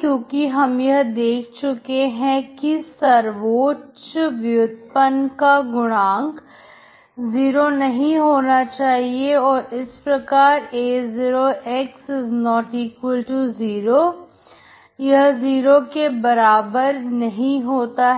क्योंकि हम यह देख चुके हैं कि सर्वोच्च व्युत्पन्न का गुणांक 0 नहीं होना चाहिए इस प्रकार a0x≠0 यह 0 के बराबर नहीं होता है